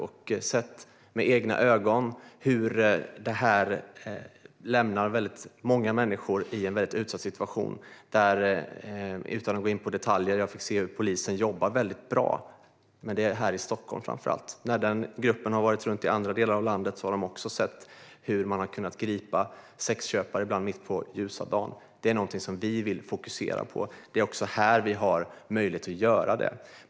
Jag har med egna ögon sett hur det här gör att många människor hamnar i en väldigt utsatt situation. Utan att gå in på detaljer fick jag se hur polisen jobbar väldigt bra i framför allt Stockholm. När den här gruppen har varit runt i andra delar av landet har de ibland också kunnat gripa sexköpare mitt på ljusa dagen. Detta är något vi vill fokusera på, och det är också här vi har möjlighet att göra det.